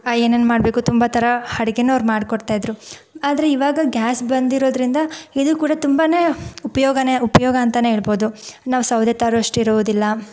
ಏನೇನು ಮಾಡಬೇಕೋ ತುಂಬ ಥರ ಅಡ್ಗೇನು ಅವ್ರು ಮಾಡ್ಕೊಡ್ತಾ ಇದ್ದರು ಆದರೆ ಇವಾಗ ಗ್ಯಾಸ್ ಬಂದಿರೋದ್ರರಿಂದ ಇದು ಕೂಡ ತುಂಬಾ ಉಪಯೋಗಾನೆ ಉಪಯೋಗ ಅಂತಾನೇ ಹೇಳ್ಬೋದು ನಾವು ಸೌದೆ ತರುವಷ್ಟಿರುವುದಿಲ್ಲ